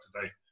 today